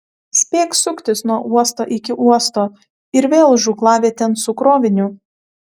spėk suktis nuo uosto iki uosto ir vėl žūklavietėn su kroviniu